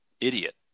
idiot